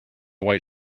white